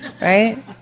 right